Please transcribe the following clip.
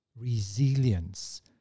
Resilience